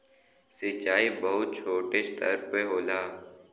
सिंचाई बहुत छोटे स्तर पे होला